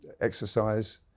exercise